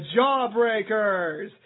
jawbreakers